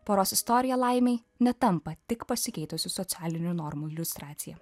poros istorija laimei netampa tik pasikeitusių socialinių normų iliustracija